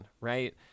right